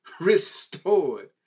restored